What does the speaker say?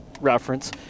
reference